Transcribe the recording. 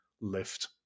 lift